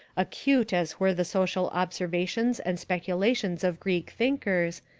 acute as were the social observations and speculations of greek thinkers,